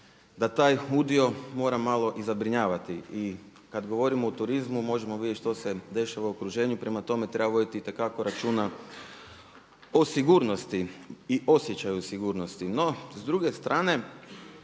da taj udio mora malo i zabrinjavati. I kada govorim o turizmu možemo vidjeti što se dešava u okruženju. Prema tome, treba voditi itekako ručana o sigurnosti i osjećaju sigurnosti. No, s druge strane